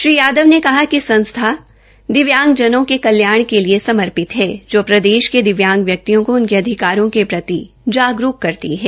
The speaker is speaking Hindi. श्री यादव ने कहा कि संस्था दिव्यांगजनों के कल्याण के लिए समर्पित है जा प्रदेश के दिव्यांग व्यकितयों का उनके अधिकारों के प्रति जागरूक करती है